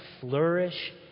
flourish